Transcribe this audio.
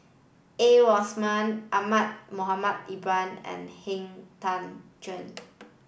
A Ramli Ahmad Mohamed Ibrahim and Han Tan Juan